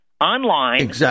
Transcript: online